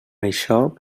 això